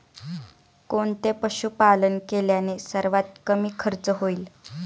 कोणते पशुपालन केल्याने सर्वात कमी खर्च होईल?